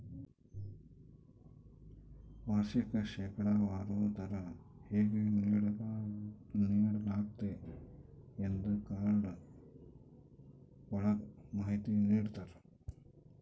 ವಾರ್ಷಿಕ ಶೇಕಡಾವಾರು ದರ ಹೇಗೆ ನೀಡಲಾಗ್ತತೆ ಎಂದೇ ಕಾರ್ಡ್ ಒಳಗ ಮಾಹಿತಿ ನೀಡಿರ್ತರ